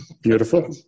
Beautiful